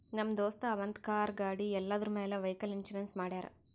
ನಮ್ ದೋಸ್ತ ಅವಂದ್ ಕಾರ್, ಗಾಡಿ ಎಲ್ಲದುರ್ ಮ್ಯಾಲ್ ವೈಕಲ್ ಇನ್ಸೂರೆನ್ಸ್ ಮಾಡ್ಯಾರ್